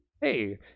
hey